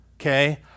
Okay